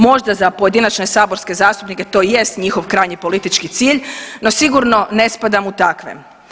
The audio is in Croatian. Možda za pojedinačne saborske zastupnike to jest njihov krajnji politički cilj, no sigurno ne spadam u takve.